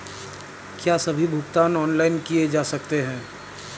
क्या सभी भुगतान ऑनलाइन किए जा सकते हैं?